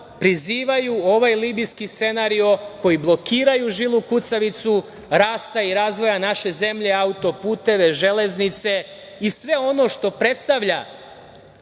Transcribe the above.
prizivaju ovaj libijski scenario, koji blokiraju žilu kucavicu rasta i razvoja naše zemlje – autoputeve, železnice i sve ono što predstavlja